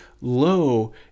low